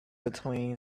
between